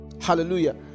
hallelujah